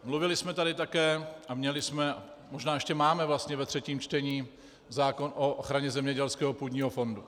Mluvili jsme tady také a měli jsme, možná ještě vlastně máme, ve třetím čtení zákon o ochraně zemědělského půdního fondu.